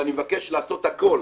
ואני מבקש לעשות הכול,